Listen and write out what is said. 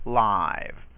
live